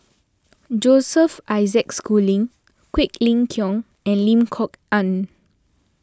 Joseph Isaac Schooling Quek Ling Kiong and Lim Kok Ann